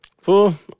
Fool